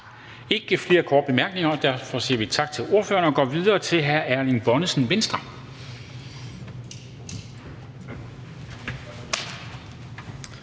Ikke flere korte bemærkninger, og derfor siger vi tak til ordføreren og går videre til hr. Erling Bonnesen, Venstre.